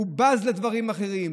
הוא בז לדברים אחרים.